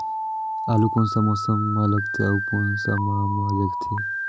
आलू कोन सा मौसम मां लगथे अउ कोन सा माह मां लगथे?